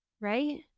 right